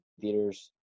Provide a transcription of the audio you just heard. theaters